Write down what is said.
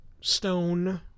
stone